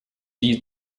die